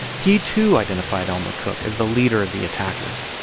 he, too, identified elmer cook as the leader of the attackers.